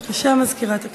בבקשה, מזכירת הכנסת.